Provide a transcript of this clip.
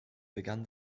begann